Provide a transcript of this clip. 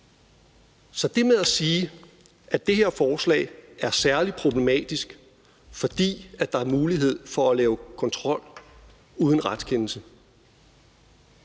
Så det med at sige, at det her forslag er særlig problematisk, fordi der er mulighed for at lave kontrol uden retskendelse,